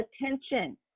attention